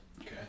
Okay